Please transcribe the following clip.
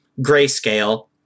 Grayscale